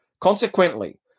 Consequently